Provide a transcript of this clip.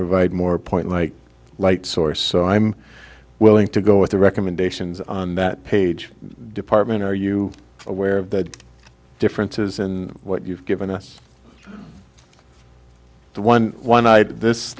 provide more point like light source so i'm willing to go with the recommendations on that page department are you aware of the differences and what you've given us the one one i